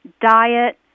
diet